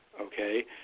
Okay